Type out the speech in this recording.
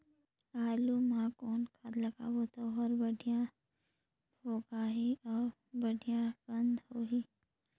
आलू मा कौन खाद लगाबो ता ओहार बेडिया भोगही अउ बेडिया कन्द होही?